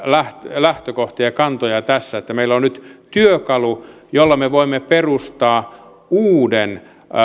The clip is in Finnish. lähtökohtia ja kantoja tässä meillä on nyt työkalu jolla me voimme perustaa uuden